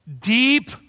deep